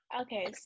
Okay